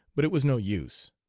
but it was no use.